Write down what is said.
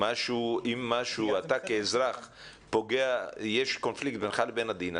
אם יש קונפליקט בינך כאזרח לבין הדין,